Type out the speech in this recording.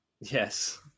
Yes